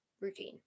routine